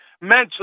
mentally